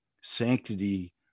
sanctity